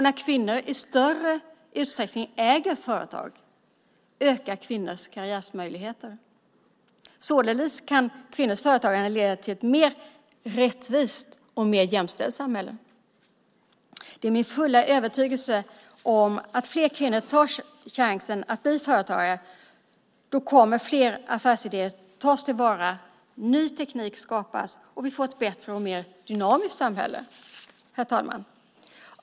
När kvinnor i större utsträckning äger företag ökar kvinnors karriärmöjligheter. Således kan kvinnors företagande leda till ett mer rättvist och mer jämställt samhälle. Det är min fulla övertygelse att fler kvinnor tar chansen att bli företagare. Då kommer fler affärsidéer att tas till vara, ny teknik skapas och vi får ett bättre och mer dynamiskt samhälle.